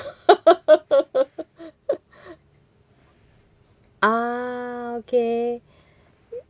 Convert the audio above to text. ah okay